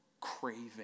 craving